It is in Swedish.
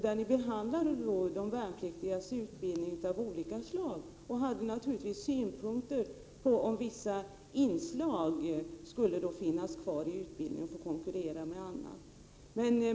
Där behandlades de värnpliktigas utbildning av olika slag, och där framkom synpunkter på om vissa anslag skulle finnas kvar i utbildningen och konkurrera med annat.